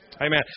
Amen